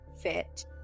fit